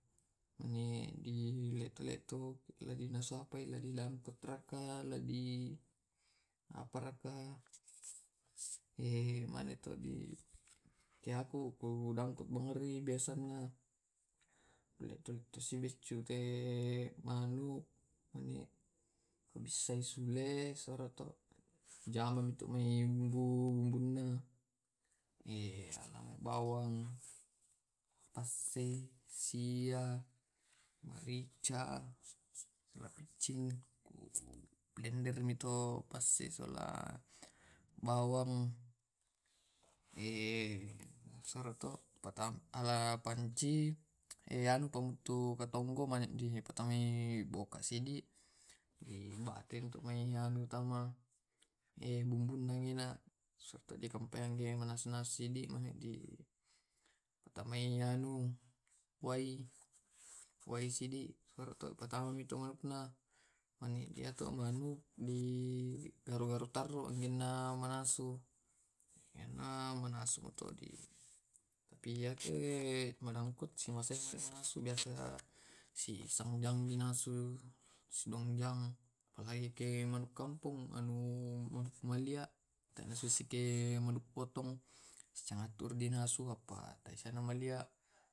Kalua minjo ro kurir dipetau njo rurisr dia malok umi ma bum bum mi wae di patalu burung mi butu butu tuanne to digaru garuni mani di angkat mani di luntr mani bersandar. Iyatu biasa di ke tinggi kemanunna biasa te tindro i ehh atau marisan ki ka den raka magi mu raeo maloppo mabela to eloka acara wahda raka fitri raka di pottongi suaya dena nalakukan hal hal di wilayah. sagat memperoleh mufakat. karena ke sisteman berasa; dar sakar hwl maimbu koeuanga nkodisi di istilanna ke